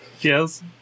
Yes